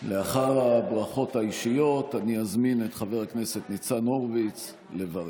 לאחר הברכות האישיות אני אזמין את חבר הכנסת ניצן הורוביץ לברך.